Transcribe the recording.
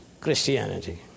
Christianity